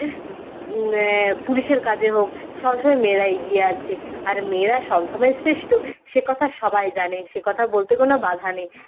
পুলিশের কাজে হোক সব সময় মেয়েরা এগিয়ে আছে আর মেয়েরা সব সময় শ্রেষ্ঠ সে কথা সবাই জানে সে কথা বলতে কোনো বাধা নেই